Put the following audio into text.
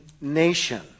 nation